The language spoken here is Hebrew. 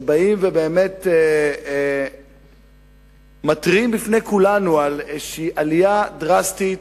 שבאמת מתריעים בפני כולנו על איזושהי עלייה דרסטית,